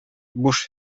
буш